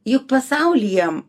juk pasaulyje